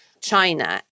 China